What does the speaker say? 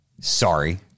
Sorry